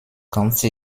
ganze